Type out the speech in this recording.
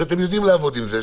שאתם יודעים לעבוד עם זה.